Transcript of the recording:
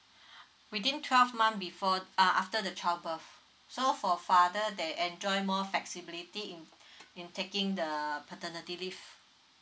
within twelve month before uh after the child birth so for father they enjoy more flexibility in in taking the paternity leave